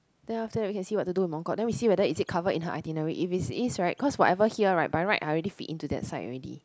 then after that we can see what to do in Mongkok then we see whether is it covered in her itinerary if it is right cause whatever here [right] by right I already fit into that side already